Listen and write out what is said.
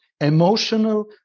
emotional